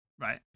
Right